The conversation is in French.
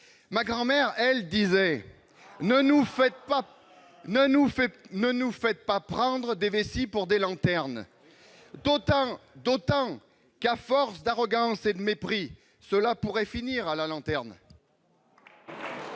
Ma grand-mère, elle, disait :« Ne nous faites pas prendre des vessies pour des lanternes. » À force d'arrogance et de mépris, cela pourrait finir « à la lanterne »